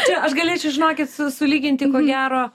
čia aš galėčiau žinokit su sulyginti ko gero